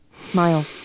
smile